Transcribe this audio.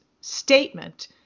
statement